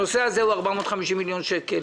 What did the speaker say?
הנושא הזה הוא 450 מיליון שקל.